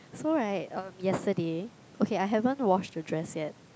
so right um yesterday okay I haven't wash the dress yet